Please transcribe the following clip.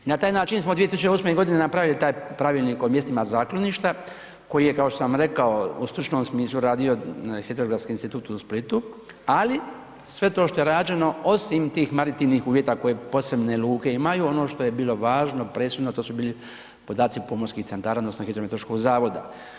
Na taj način smo 2008. godine napravili taj pravilnik o mjestima zakloništa, koji je kao što sam rekao u stručnom smislu radio Hidrografski institut u Splitu, ali sve to što je rađeno osim tih maritivnih uvjeta koje posebne luke imaju ono što je bilo važno, presudno, to su bili podaci pomorskih centara odnosno hidrometeorološkog zavoda.